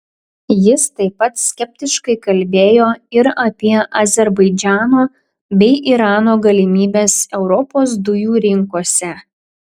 jis taip pat skeptiškai kalbėjo ir apie azerbaidžano bei irano galimybes europos dujų rinkose